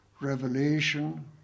revelation